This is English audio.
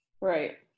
right